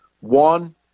One